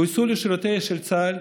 גויסו לשירות בצה"ל,